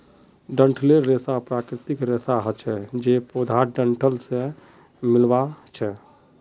डंठलेर रेशा प्राकृतिक रेशा हछे जे पौधार डंठल से मिल्आ छअ